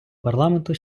парламенту